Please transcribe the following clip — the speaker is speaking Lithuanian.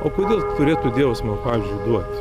o kodėl turėtų dievas man pavyzdžiui duot